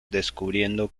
descubriendo